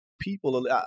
people